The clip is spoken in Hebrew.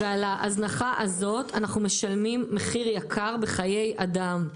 ועל ההזנחה הזאת אנחנו משלמים מחיר יקר בחיי אדם.